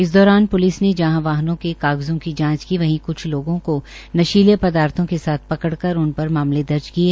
इस दौरान प्लिस ने जहां वाहनों के कागजों की जांच की वहीं क्छ लोगों को नशीले पदार्थो के साथ पकड़कर कर उनके मामले दर्ज किये